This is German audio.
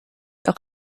auch